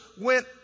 went